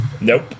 Nope